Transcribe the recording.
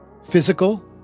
physical